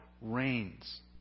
reigns